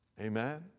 Amen